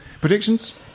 Predictions